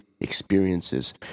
experiences